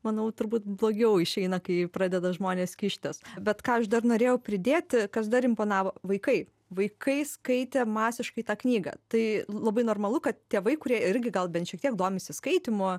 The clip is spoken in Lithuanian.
manau turbūt blogiau išeina kai pradeda žmonės kištis bet ką aš dar norėjau pridėti kas dar imponavo vaikai vaikai skaitė masiškai tą knygą tai labai normalu kad tėvai kurie irgi gal bent šiek tiek domisi skaitymu